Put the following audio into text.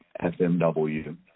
FMW